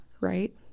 right